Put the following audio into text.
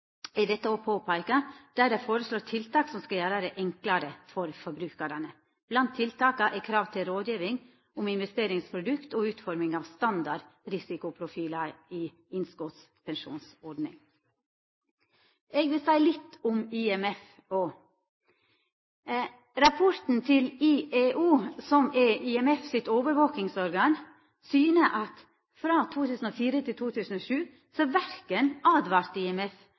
dette òg påpeika. Dei føreslår tiltak som skal gjera det enklare for forbrukarane. Blant tiltaka er krav til rådgjeving om investeringsprodukt og utforming av standardrisikoprofilar i innskotspensjonsordning. Eg vil seia litt om IMF òg. Rapporten til IEO, som er IMF sitt overvakingsorgan, syner at frå 2004 til 2007 verken